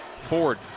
Ford